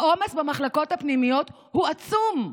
העומס במחלקות הפנימיות הוא עצום.